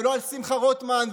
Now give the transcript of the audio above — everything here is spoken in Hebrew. לא על שמחה רוטמן,